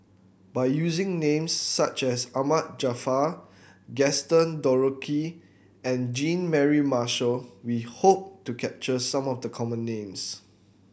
by using names such as Ahmad Jaafar Gaston Dutronquoy and Jean Mary Marshall we hope to capture some of the common names